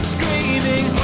Screaming